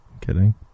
Kidding